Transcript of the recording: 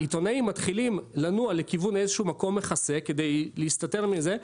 העיתונאים מתחילים לנוע לכיוון מקום מחסה כדי להסתתר מזה.